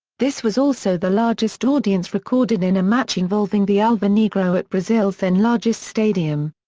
this was also the largest audience recorded in a match involving the alvinegro at brazil's then largest stadium.